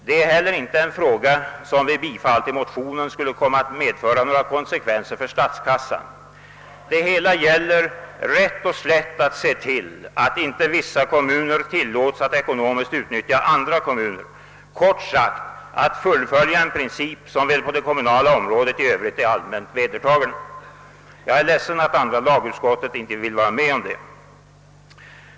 Ett bifall till motionen skulle inte heller komma att medföra några konsekvenser för statskassan. Det gäller helt enkelt att se till att inte vissa kommuner tillåts att ekonomiskt utnyttja andra kommuner — kort sagt att fullfölja den princip som på det kommunala området i övrigt är allmänt vedertagen. Jag beklagar att andra lagutskottet inte vill medverka till detta.